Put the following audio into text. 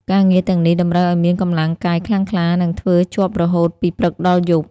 ការងារទាំងនេះតម្រូវឱ្យមានកម្លាំងកាយខ្លាំងក្លា និងធ្វើជាប់រហូតពីព្រឹកដល់យប់។